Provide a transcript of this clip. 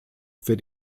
für